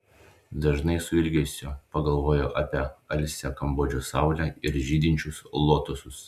dažnai su ilgesiu pagalvoju ir apie alsią kambodžos saulę ir žydinčius lotosus